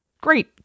Great